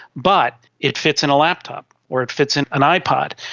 but it fits in a laptop or it fits in an ipod,